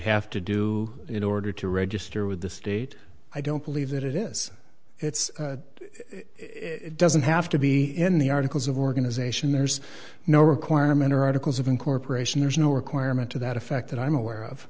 have to do in order to register with the state i don't believe that it is it's it doesn't have to be in the articles of organization there's no requirement or articles of incorporation there's no requirement to that effect that i'm aware of